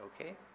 okay